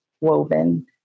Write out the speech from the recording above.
woven